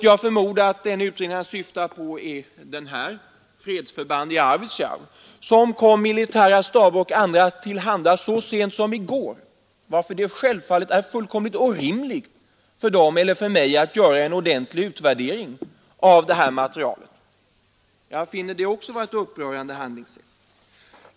Jag förmodar att den utredning han då syftar på är Fredsförband i Arvidsjaur, som kom militära staber och andra till handa så sent som i går, varför det självfallet är helt orimligt för dem eller för mig att göra en ordentlig utvärdering av materialet. Jag finner också det vara ett upprörande handlingssätt.